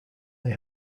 they